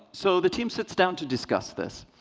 so the team sits down to discuss this.